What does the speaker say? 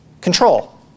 control